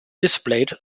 displayed